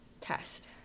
test